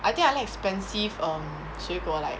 I think I like expensive um 水果 like